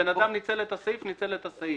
בן אדם ניצל את הסעיף, ניצל את הסעיף.